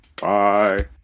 Bye